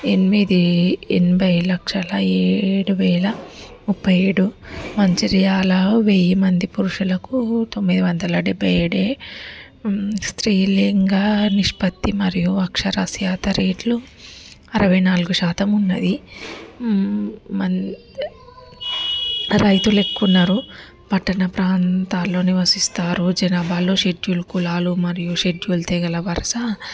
ఎనిమిది ఎనభై లక్షల ఏడు వేల ముప్పై ఏడు మంచిర్యాల వెయ్యి మంది పురుషులకు తొమ్మిది వందల డెబ్బై ఏడే స్త్రీ లింగ నిష్పత్తి మరియు అక్షరాస్యత రేట్లు అరవై నాలుగు శాతం ఉన్నది రైతులు ఎక్కువ ఉన్నారు పట్టణ ప్రాంతాల్లో నివసిస్తారు జనాభాలు శెట్టియుల కులాలు మరియు శెట్టియుల తెగల వరుస